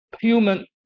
human